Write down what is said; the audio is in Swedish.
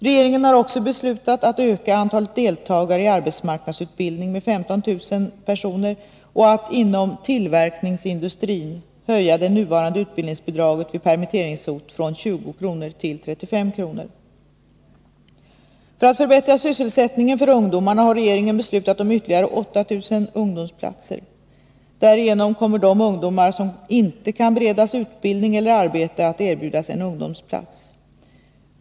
Regeringen har också beslutat att öka antalet deltagare i arbetsmarknadsutbildning med 15 000 personer och att inom tillverkningsindustrin höja det nuvarande utbildningsbidraget vid permitteringshot från 20 kr. till 35 kr. För att förbättra sysselsättningen för ungdomarna har regeringen beslutat omytterligare 8 000 ungdomsplatser. Därigenom kommer de ungdomar som inte kan beredas utbildning eller arbete att erbjudas en ungdomsplats.